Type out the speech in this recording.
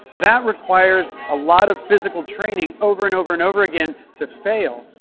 that requires a lot of physical training over and over and over again to fail.